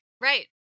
right